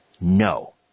no